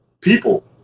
people